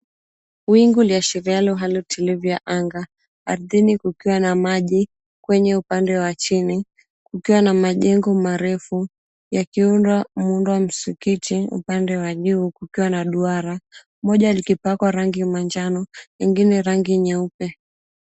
Wingu liashirialo hali tulivu ya anga. Ardhini kukiwa na maji, kwenye upande wa chini kukiwa na majengo marefu yakiundwa muundo wa msikiti upande wa juu kukiwa na duara moja likipakwa rangi ya manjano, lingine rangi nyeupe.